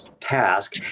task